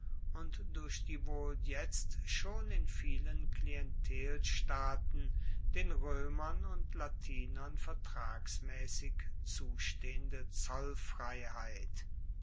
und durch die wohl jetzt schon in vielen klientelstaaten den roemern und latinern vertragsmaessig zustehende zollfreiheit